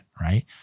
Right